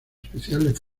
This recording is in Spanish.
especiales